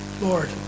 Lord